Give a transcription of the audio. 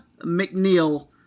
McNeil